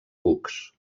cucs